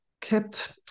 kept